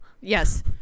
Yes